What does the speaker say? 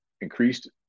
increased